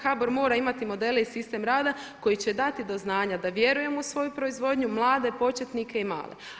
HBOR mora imati modele i sistem rada koji će dati do znanja da vjerujemo u svoju proizvodnju, mlade početnike i male.